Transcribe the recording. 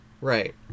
Right